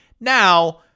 Now